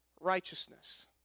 righteousness